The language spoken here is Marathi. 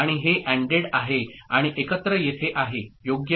आणि हे ANDड आहे आणि एकत्र येथे आहे योग्य